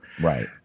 Right